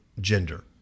gender